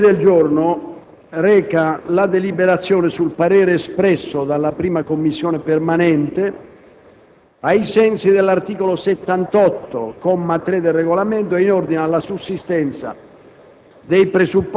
L'ordine del giorno reca la deliberazione sul parere espresso dalla 1a Commissione permanente, ai sensi dell'articolo 78, comma 3, del Regolamento, in ordine alla sussistenza